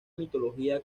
mitología